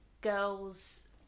Girls